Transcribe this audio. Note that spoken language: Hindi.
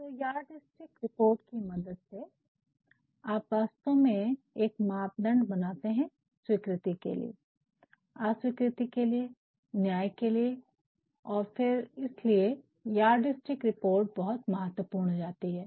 तो यार्डस्टिक रिपोर्ट कि मदद से आप वास्तव में एक मापदंड बनाते है स्वीकृति के लिए अस्वीकृति के लिए न्याय के लिए और फिर इसलिए यार्डस्टिक रिपोर्ट बहुत महत्वूर्ण हो जाती है